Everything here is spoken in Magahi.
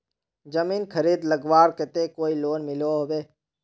जमीन खरीद लगवार केते कोई लोन मिलोहो होबे?